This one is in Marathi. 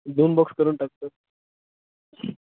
दोन बॉक्स करून टाकतो